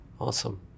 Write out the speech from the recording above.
Awesome